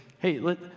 Hey